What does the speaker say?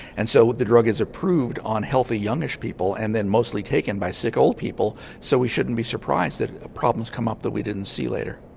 and so the drug is approved on healthy youngish people and then mostly taken by sick old people so we shouldn't be surprised that problems come up that we didn't see later.